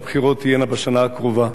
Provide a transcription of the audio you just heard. שהבחירות תהיינה בשנה הקרובה,